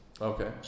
Okay